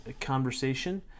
conversation